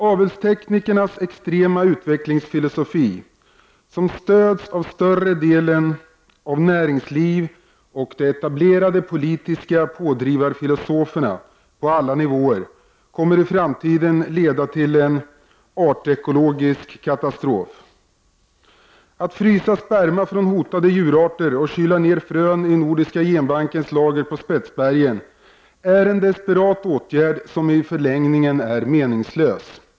Avelsteknikernas extrema utvecklingsfilosofi, som stöds av större delen av näringslivet och av de etablerade politiska pådrivarfilosoferna på alla nivåer, kommer i framtiden att leda till en artekologisk katastrof. Att frysa sperma från hotade djurarter och kyla ner frön i Nordiska genbankens lager på Spetsbergen är en desperat åtgärd som i förlängningen är meningslös.